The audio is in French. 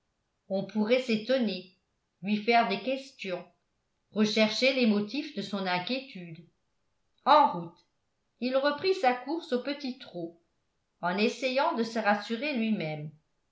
on pourrait s'étonner lui faire des questions rechercher les motifs de son inquiétude en route il reprit sa course au petit trot en essayant de se rassurer lui-même